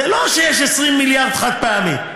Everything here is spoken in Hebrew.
זה לא שיש 20 מיליארד חד-פעמי.